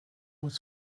was